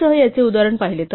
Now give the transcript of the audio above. gcd सह याचे उदाहरण पाहिले